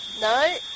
No